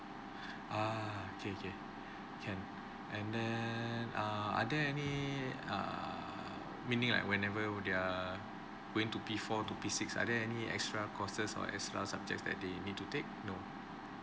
ah kay~ kay~ can and then err are there any err meaning like whenever their going to P four to P six are there any extra courses or extra subject that they need to take no